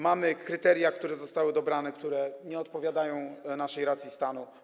Mamy kryteria, które zostały dobrane, nie odpowiadają naszej racji stanu.